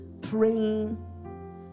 praying